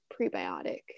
prebiotic